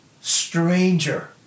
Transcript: stranger